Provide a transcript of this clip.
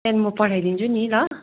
त्यहाँदेखिन् म पठाइदिन्छु नि ल